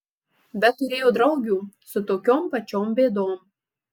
bet turėjo draugių su tokiom pačiom bėdom